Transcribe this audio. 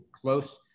close